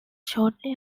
shortly